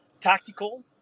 Tactical